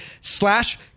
slash